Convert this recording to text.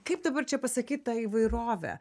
kaip dabar čia pasakyt ta įvairovė